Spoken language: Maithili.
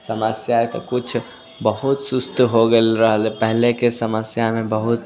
समस्या तऽ किछु बहुत सुस्त हो गेल रहलै पहिलेके समस्यामे बहुत